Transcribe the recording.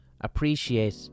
appreciate